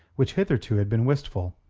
which hitherto had been wistful,